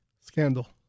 scandal